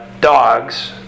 dogs